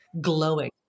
glowing